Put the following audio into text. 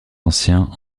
anciens